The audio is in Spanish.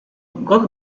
got